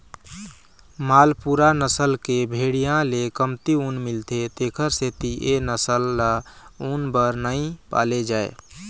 मालपूरा नसल के भेड़िया ले कमती ऊन मिलथे तेखर सेती ए नसल ल ऊन बर नइ पाले जाए